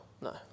no